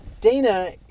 Dana